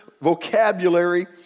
vocabulary